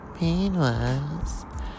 Meanwhile